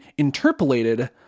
interpolated